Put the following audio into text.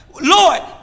Lord